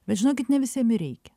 bet žinokit ne visiem ir reikia